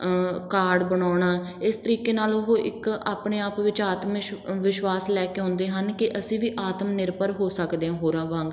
card ਬਣਾਉਣਾ ਇਸ ਤਰੀਕੇ ਨਾਲ ਉਹ ਇੱਕ ਆਪਣੇ ਆਪ ਵਿਚ ਆਤਮ ਇਸ਼ ਵਿਸ਼ਵਾਸ ਲੈ ਕੇ ਆਉਂਦੇ ਹਨ ਕਿ ਅਸੀਂ ਵੀ ਆਤਮ ਨਿਰਭਰ ਹੋ ਸਕਦੇ ਹਾਂ ਹੋਰਾਂ ਵਾਂਗ